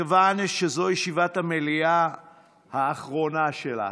מכיוון שזאת ישיבת המליאה האחרונה שלך,